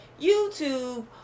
YouTube